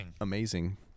amazing